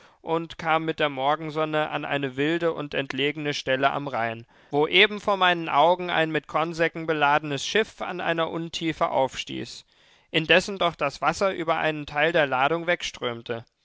und kam mit der morgensonne an eine wilde und entlegene stelle am rhein wo eben vor meinen augen ein mit kornsäcken beladenes schiff an einer untiefe aufstieß indessen doch das wasser über einen teil der ladung wegströmte